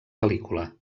pel·lícula